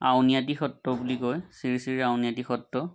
আউনীআটী সত্ৰ বুলি কয় শ্ৰী শ্ৰী আউনীআটী সত্ৰ